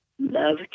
love